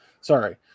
Sorry